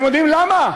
אתם יודעים למה?